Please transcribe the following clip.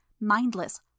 Mindless